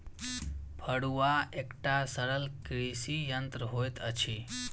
फड़ुआ एकटा सरल कृषि यंत्र होइत अछि